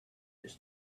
its